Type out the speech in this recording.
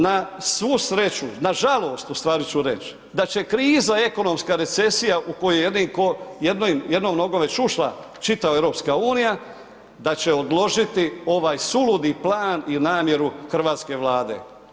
Na svu sreću, na žalost, u stvari ću reći, da će kriza ekonomska, recesija u kojoj jednom nogom već ušla čitava EU, da će odložiti ovaj suludi plan i namjeru hrvatske Vlade.